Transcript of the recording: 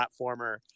platformer